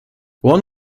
one